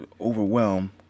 overwhelm